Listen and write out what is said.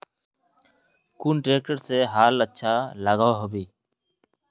कुन ट्रैक्टर से हाल अच्छा लागोहो होबे?